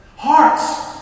Hearts